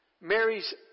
Mary's